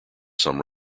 some